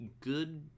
good